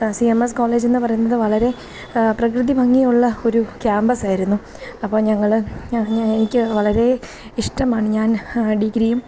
C M S കോളേജെന്നു പറയുന്നതു വളരെ പ്രകൃതി ഭംഗിയുള്ള ഒരു ക്യാമ്പസ്സായിരുന്നു അപ്പോൾ ഞങ്ങൾ എനിക്കു വളരെ ഇഷ്ടമാണ് ഞാൻ ഡിഗ്രിയും